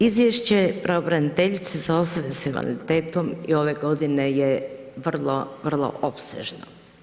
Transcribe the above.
Izvješće pravobraniteljice za osobe s invaliditetom i ove godine je vrlo, vrlo opsežno.